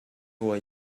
were